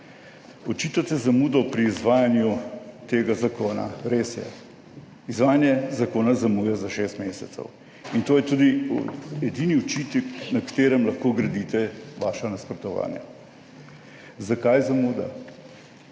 Očitate zamudo pri izvajanju tega zakona. Res je, izvajanje zakona zamuja za šest mesecev in to je tudi edini očitek, na katerem lahko gradite vaša nasprotovanja. Zakaj zamuda?